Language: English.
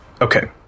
Okay